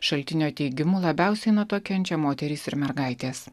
šaltinio teigimu labiausiai nuo to kenčia moterys ir mergaitės